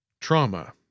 Trauma